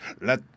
Let